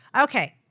Okay